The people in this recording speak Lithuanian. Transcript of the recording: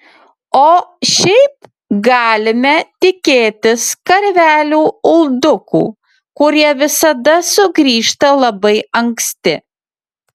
o šiaip galime tikėtis karvelių uldukų kurie visada sugrįžta labai anksti